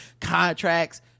contracts